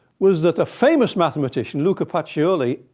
was that a famous mathematician, luca pacioli,